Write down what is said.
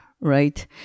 right